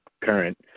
current